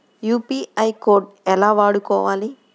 UPI code ఎలా వాడుకోవాలి?